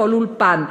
בכל אולפן,